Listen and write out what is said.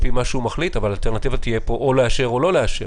אבל האלטרנטיבה תהיה לאשר או לא לאשר.